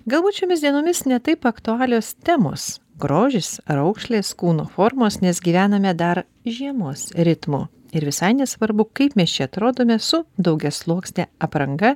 galbūt šiomis dienomis ne taip aktualios temos grožis raukšlės kūno formos nes gyvename dar žiemos ritmu ir visai nesvarbu kaip mes čia atrodome su daugiasluoksne apranga